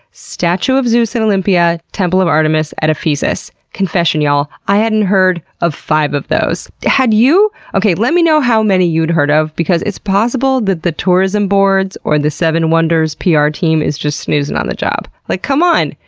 statue of zeus at olympia, temple of artemis at ephesus. confession, y'all. i hadn't heard of five of those. had you? okay, let me know how many you'd heard of because it's possible that the tourism boards or the seven wonders' pr team is just snoozin' on the job. like, come on!